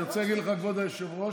כבוד היושב-ראש,